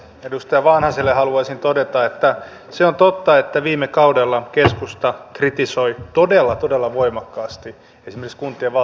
edustaja vanhaselle haluaisin todeta että se on totta että viime kaudella keskusta kritisoi todella todella voimakkaasti bisnes kulkeva